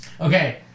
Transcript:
Okay